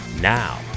now